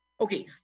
Okay